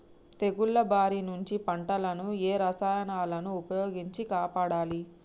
తెగుళ్ల బారి నుంచి పంటలను ఏ రసాయనాలను ఉపయోగించి కాపాడాలి?